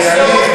כי אני,